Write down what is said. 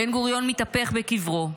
בן-גוריון מתהפך בקברו.